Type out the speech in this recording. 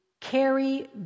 carry